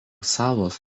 salos